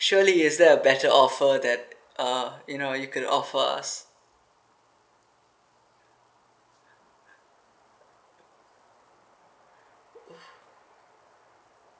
surely is there a better offer that uh you know you could offer us